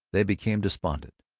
they became despondent.